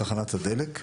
בתחנת הדלק.